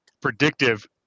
predictive